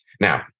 Now